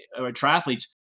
triathletes